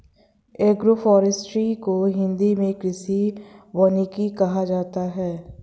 agroforestry को हिंदी मे कृषि वानिकी कहा जाता है